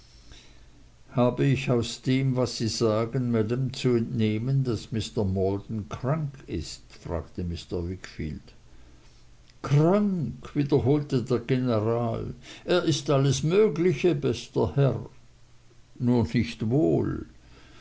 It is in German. habe ich aus dem was sie sagen maam zu entnehmen daß mr maldon krank ist fragte mr wickfield krank wiederholte der general er ist alles mögliche bester herr nur nicht wohl